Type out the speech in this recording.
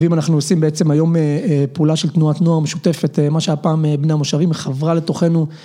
אנחנו עושים בעצם היום פעולה של תנועת נוער משותפת, מה שהיה פעם בני המושבים חברה לתוכנו.